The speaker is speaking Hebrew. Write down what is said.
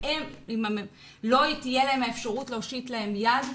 אם לא תהיה להם האפשרות להושיט להם יד,